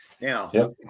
Now